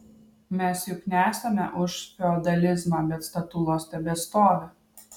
mes juk nesame už feodalizmą bet statulos tebestovi